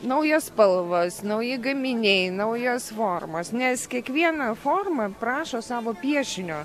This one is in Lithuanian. naujos spalvos nauji gaminiai naujos formos nes kiekviena forma prašo savo piešinio